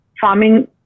farming